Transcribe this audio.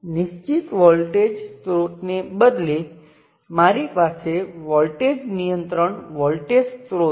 આ નોડ પર આના સંદર્ભમાં આ તે વોલ્ટેજ V છે કારણ કે અહીંથી ત્યાં સુધી તમારી પાસે પોટેન્શિયલમાં થતો વધારો V છે અહીંથી ત્યાં સુધી તમારી પાસે પોટેન્શિયલમાં થતો ઘટાડો V છે